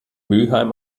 mülheim